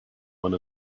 one